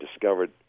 discovered